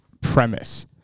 premise